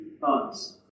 thoughts